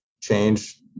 change